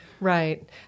Right